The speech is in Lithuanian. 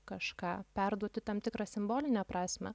kažką perduoti tam tikrą simbolinę prasmę